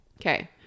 Okay